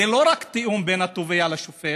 זה לא רק תיאום בין התובע לשופט,